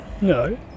no